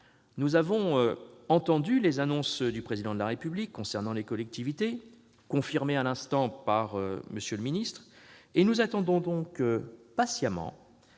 Nous avons entendu les annonces du Président de la République concernant les collectivités, confirmées à l'instant par M. le ministre. Nous attendons donc patiemment